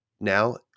Now